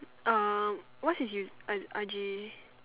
uh what's his use~ I I_G